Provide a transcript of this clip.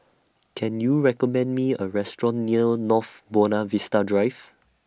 Can YOU recommend Me A Restaurant near North Buona Vista Drive